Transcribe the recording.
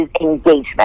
engagement